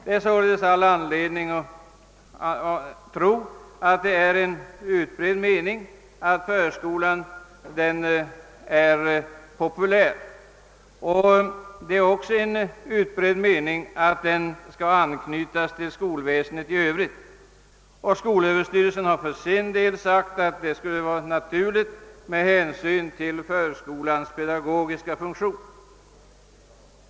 Det finns således anledning tro att det är en utbredd mening att förskolan är populär. Det är också en utbredd mening att den bör anknytas till skolväsendet i övrigt. Skolöverstyrelsen har för sin del sagt att detta skulle vara naturligt med hänsyn till förskolans pedagogiska funktion.